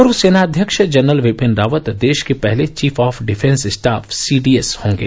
पूर्व सेनाध्यक्ष जनरल विपिन रावत देश के पहले chief of defence staff CDS होंगे